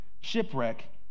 shipwreck